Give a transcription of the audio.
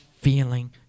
feeling